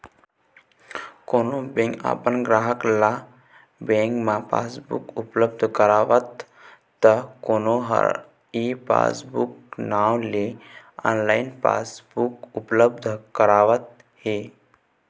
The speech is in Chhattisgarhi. कोनो बेंक अपन गराहक ल बेंक म पासबुक उपलब्ध करावत त कोनो ह ई पासबूक नांव ले ऑनलाइन पासबुक उपलब्ध करावत हे